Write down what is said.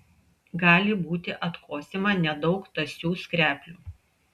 gali būti atkosima nedaug tąsių skreplių